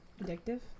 addictive